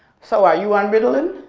so are you on ritalin?